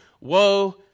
woe